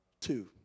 Two